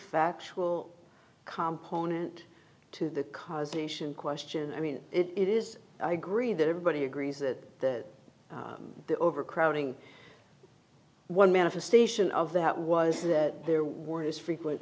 factual com pointed to the causation question i mean it is i agree that everybody agrees that the overcrowding one manifestation of that was that there weren't as frequent